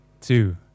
two